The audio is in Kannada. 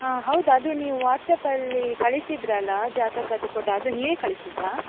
ಹಾಂ ಹೌದು ಅದು ನೀವು ವಾಟ್ಸಾಪ್ಪಲ್ಲಿ ಕಳಿಸಿದ್ರಲ್ಲ ಜಾತಕದ್ದು ಫೊಟೊ ಅದು ನೀವೇ ಕಳಿಸಿದ್ದಾ